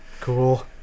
cool